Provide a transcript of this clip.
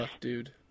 dude